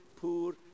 poor